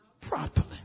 properly